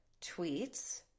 tweets